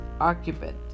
occupant